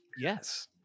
Yes